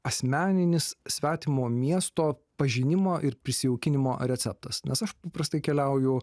asmeninis svetimo miesto pažinimo ir prisijaukinimo receptas nes aš paprastai keliauju